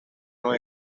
nos